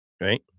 right